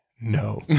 no